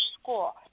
school